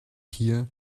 here